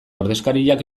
ordezkariak